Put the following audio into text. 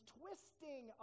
twisting